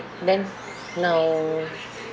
then now